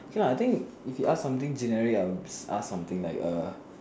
okay lah I think if you ask something generic I would ask something like err